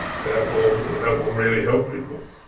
that will that will really help people.